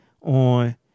on